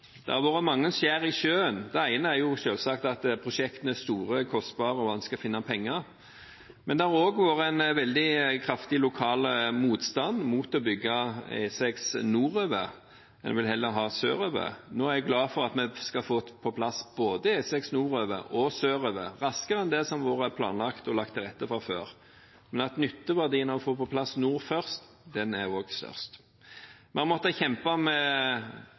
Det har vært mange skjær i sjøen. Det ene er selvsagt at prosjektene er store og kostbare og det er vanskelig å finne penger, men det har også vært en veldig kraftig lokal motstand mot å bygge E6 nordover, en vil heller ha den sørover. Nå er jeg glad for at vi skal få på plass både E6 nordover og E6 sørover, raskere enn det som har vært planlagt og lagt til rette for før. Nytteverdien av å få på plass nord først er også størst. Vi har måttet kjempe med